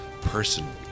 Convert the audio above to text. personally